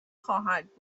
خواهد